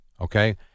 Okay